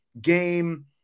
game